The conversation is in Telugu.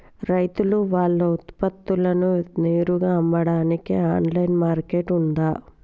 రైతులు వాళ్ల ఉత్పత్తులను నేరుగా అమ్మడానికి ఆన్లైన్ మార్కెట్ ఉందా?